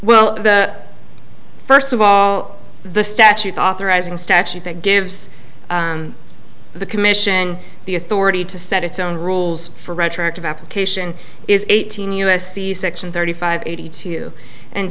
well first of all the statute authorizing statute that gives the commission the authority to set its own rules for retroactive application is eighteen u s c section thirty five eighty two and